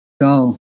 Go